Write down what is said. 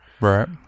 Right